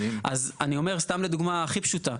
אז אני אומר, סתם לדוגמה הכי פשוטה.